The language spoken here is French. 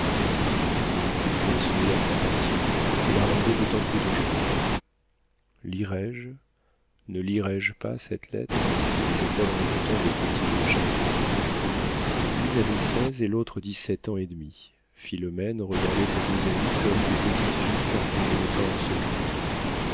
repentir l'ascétisme le plus vrai se mêlait à sa passion et la rendait d'autant plus dangereuse lirai je ne lirai je pas cette lettre se disait-elle en écoutant les petites de chavoncourt l'une avait seize et l'autre dix-sept ans et demi philomène regardait ses deux amies comme des petites filles parce qu'elles n'aimaient pas en secret